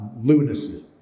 lunacy